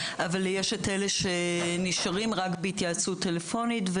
אבל יש את אלה שנשארים רק בהתייעצות טלפונית,